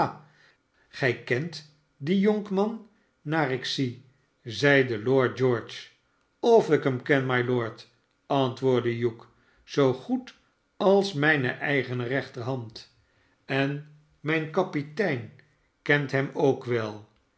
gij kent dien jonkman naar ik zie zeide lord george sof ik hem ken mylord antwoordde hugh zoo goed als mijne eigene rechterhand en mijn kapitein kent hem ook wel